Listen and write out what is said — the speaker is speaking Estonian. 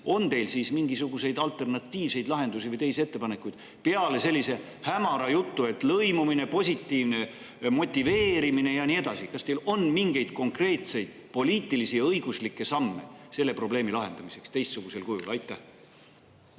on teil siis mingisuguseid alternatiivseid lahendusi või teisi ettepanekuid peale sellise hämara jutu, et lõimumine, positiivne motiveerimine, ja nii edasi. Kas teil on mingeid konkreetseid poliitilisi ja õiguslikke samme selle probleemi lahendamiseks teistsugusel kujul? Aitäh!